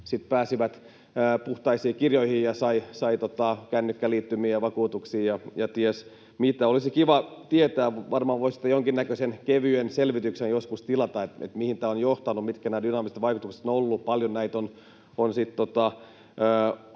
pääsivät puhtaisiin kirjoihin ja saivat kännykkäliittymiä ja vakuutuksia ja ties mitä. Olisi kiva tietää — varmaan voisi jonkinnäköisen kevyen selvityksen joskus tilata — mihin tämä on johtanut, mitkä dynaamiset vaikutukset ovat olleet,